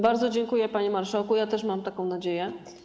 Bardzo dziękuję, panie marszałku, ja też mam taką nadzieję.